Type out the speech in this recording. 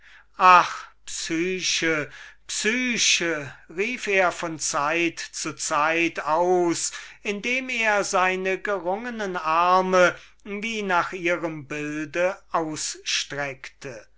rief er von zeit zu zeit aus indem er seine gerungenen arme wie nach ihrem bilde ausstreckte